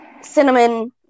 cinnamon